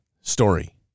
story